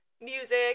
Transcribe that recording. music